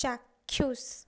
ଚାକ୍ଷୁଷ